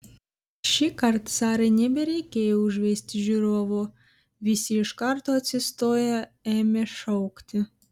šįkart sarai nebereikėjo užvesti žiūrovų visi iš karto atsistoję ėmė šaukti